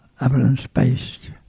evidence-based